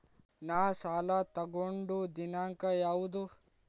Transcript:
ನಾ ಸಾಲ ತಗೊಂಡು ದಿನಾಂಕ ಯಾವುದು?